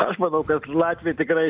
aš manau kad latviai tikrai